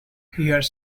here